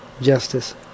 justice